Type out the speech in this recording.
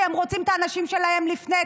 כי הם רוצים את האנשים שלהם לפני,